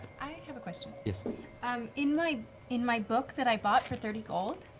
i have a question. yeah um in my in my book that i bought for thirty gold,